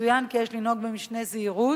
יצוין כי יש לנהוג במשנה זהירות